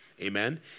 amen